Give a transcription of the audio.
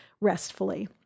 restfully